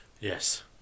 Yes